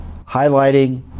highlighting